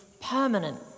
permanent